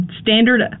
standard